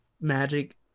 magic